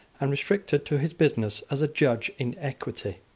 and restricted to his business as a judge in equity.